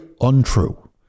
untrue